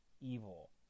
evil